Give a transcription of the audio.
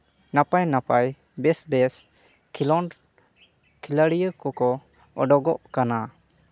ᱱᱟᱯᱟᱭᱼᱱᱟᱯᱟᱭ ᱵᱮᱥᱼᱵᱮᱥ ᱠᱷᱮᱸᱞᱳᱰ ᱠᱷᱤᱞᱟᱹᱲᱤᱭᱟᱹ ᱠᱚᱠᱚ ᱚᱰᱚᱜᱚᱜ ᱠᱟᱱᱟ